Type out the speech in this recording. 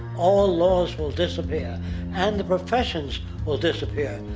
all laws will disappear and the professions will disappear,